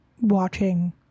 watching